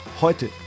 Heute